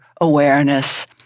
awareness